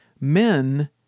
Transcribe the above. Men